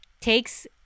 takes